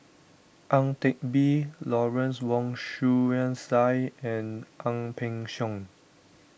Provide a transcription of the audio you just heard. Ang Teck Bee Lawrence Wong Shyun Tsai and Ang Peng Siong